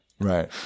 Right